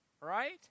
right